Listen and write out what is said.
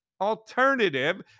alternative